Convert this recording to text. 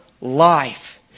life